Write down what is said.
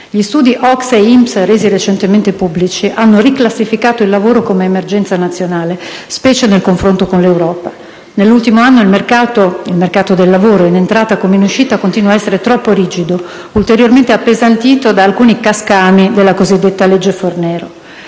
Gli studi OCSE e INPS, resi recentemente pubblici, hanno riclassificato il lavoro come emergenza nazionale, specie nel confronto con l'Europa. Nell'ultimo anno il mercato del lavoro, in entrata come in uscita, continua ad essere troppo rigido, ulteriormente appesantito da alcuni cascami della cosiddetta legge Fornero.